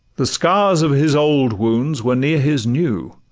the scars of his old wounds were near his new,